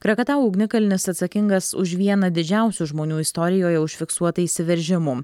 krakatau ugnikalnis atsakingas už vieną didžiausių žmonių istorijoje užfiksuotą įsiveržimų